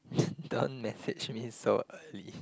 don't message me so early